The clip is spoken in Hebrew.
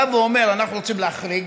בא ואומר: אנחנו רוצים להחריג,